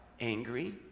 angry